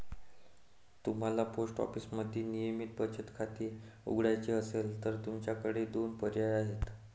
तुम्हाला पोस्ट ऑफिसमध्ये नियमित बचत खाते उघडायचे असेल तर तुमच्याकडे दोन पर्याय आहेत